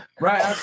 right